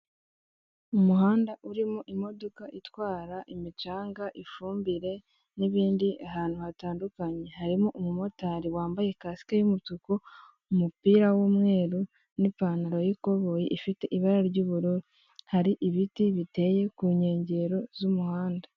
Umuhanda urimo imodoka itwara imicanga ifumbire n'ibindi ahantu hatandukanye, harimo umumotari wambaye kasike y'umutuku umupira w'umweru n'ipantaro y'ikoboyi ifite ibara ry'ubururu, hari ibiti biteye ku nkengero z'umuhanda.